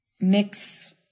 mix